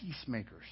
peacemakers